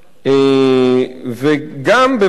ובמקביל,